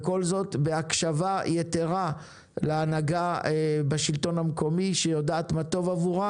וכל זאת בהקשבה יתרה להנהגה בשלטון המקומי שיודעת מה טוב עבורה.